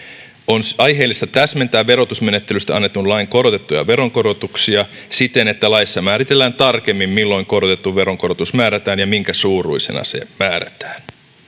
on aiheellista täsmentää verotusmenettelystä annetun lain korotettuja veronkorotuksia siten että laissa määritellään tarkemmin milloin korotettu veronkorotus määrätään ja minkä suuruisena se määrätään